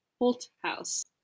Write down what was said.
Holthouse